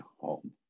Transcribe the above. home